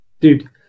Dude